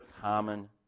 common